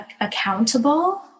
accountable